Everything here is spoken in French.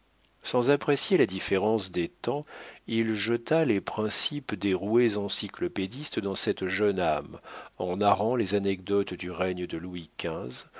sans apprécier la différence des temps il jeta les principes des roués encyclopédistes dans cette jeune âme en narrant les anecdotes du règne de louis